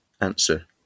Answer